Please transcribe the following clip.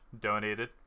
donated